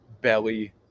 belly